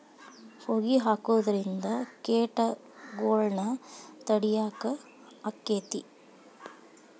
ಹೊಗಿ ಹಾಕುದ್ರಿಂದ ಕೇಟಗೊಳ್ನ ತಡಿಯಾಕ ಆಕ್ಕೆತಿ?